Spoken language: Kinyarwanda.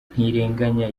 ntirenganya